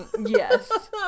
Yes